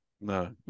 No